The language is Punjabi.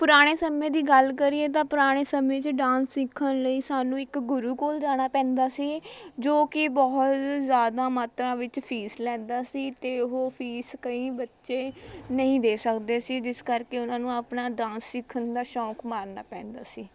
ਪੁਰਾਣੇ ਸਮੇਂ ਦੀ ਗੱਲ ਕਰੀਏ ਤਾਂ ਪੁਰਾਣੇ ਸਮੇਂ 'ਚ ਡਾਂਸ ਸਿੱਖਣ ਲਈ ਸਾਨੂੰ ਇੱਕ ਗੁਰੂ ਕੋਲ਼ ਜਾਣਾ ਪੈਂਦਾ ਸੀ ਜੋ ਕਿ ਬਹੁਤ ਜ਼ਿਆਦਾ ਮਾਤਰਾ ਵਿੱਚ ਫੀਸ ਲੈਂਦਾ ਸੀ ਅਤੇ ਉਹ ਫੀਸ ਕਈ ਬੱਚੇ ਨਹੀਂ ਦੇ ਸਕਦੇ ਸੀ ਜਿਸ ਕਰਕੇ ਉਨ੍ਹਾਂ ਨੂੰ ਆਪਣਾ ਡਾਂਸ ਸਿੱਖਣ ਦਾ ਸ਼ੌਕ ਮਾਰਨਾ ਪੈਂਦਾ ਸੀ